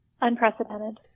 unprecedented